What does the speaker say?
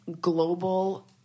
global